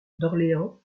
d’orléans